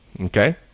Okay